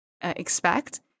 expect